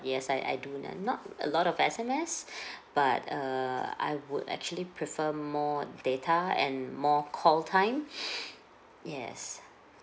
yes I I do that not a lot of S_M_S but err I would actually prefer more data and more call time yes